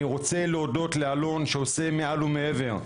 אני רוצה להודות לאלון שעושה מעל ומעבר,